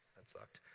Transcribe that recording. it's locked.